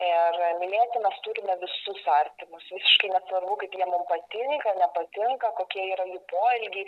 ir mylėti mes turime visus artimus visiškai nesvarbu kaip jie mum patinka nepatinka kokie yra jų poelgiai